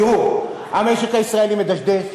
תראו, המשק הישראלי מדשדש,